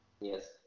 Yes